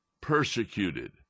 persecuted